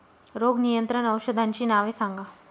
रोग नियंत्रण औषधांची नावे सांगा?